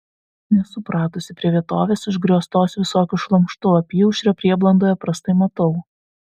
nesu pratusi prie vietovės užgrioztos visokiu šlamštu apyaušrio prieblandoje prastai matau